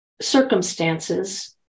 circumstances